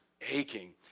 aching